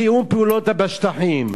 תיאום פעולות בשטחים,